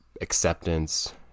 Acceptance